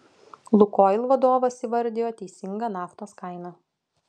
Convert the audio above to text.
lukoil vadovas įvardijo teisingą naftos kainą